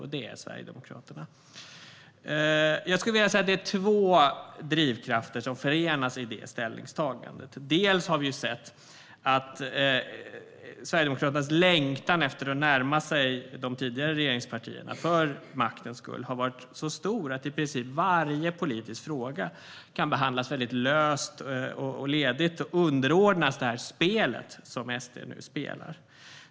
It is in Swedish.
Det partiet är Sverigedemokraterna. Det är två drivkrafter som förenas i Sverigedemokraternas ställningstagande, skulle jag vilja säga. För det första har vi sett att Sverigedemokraternas längtan efter att närma sig de tidigare regeringspartierna för maktens skull har varit så stor att i princip varje politisk fråga kan behandlas väldigt löst och ledigt och underordnas det spel som SD nu spelar.